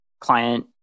client